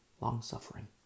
Long-suffering